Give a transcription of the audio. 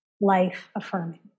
life-affirming